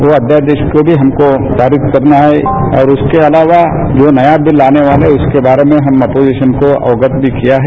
वो अध्यादेश को हमको पारित करना है और उसके अलावा जो नया बिल आने वाला है उसके बारे में हम अपोजिशन को अवगत भी किया है